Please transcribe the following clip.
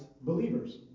believers